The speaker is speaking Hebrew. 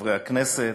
חברי הכנסת,